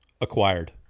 acquired